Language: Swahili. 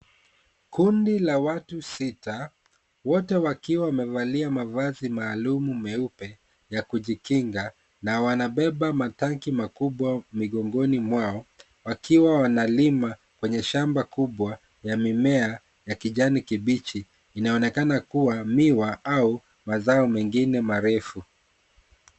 Kundi la watu sita, wote wakiwa wamevalia mavazi maalumu meupe ya kujikinga na wanabeba matanki makubwa migongoni mwao, wakiwa wanalima kwenye shamba kubwa ya mimea ya kijani kibichi. Inaonekana kuwa miwa au mazao mengine marefu.